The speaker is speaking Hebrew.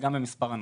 וגם במספר הנוסעים.